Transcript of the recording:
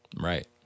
Right